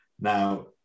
Now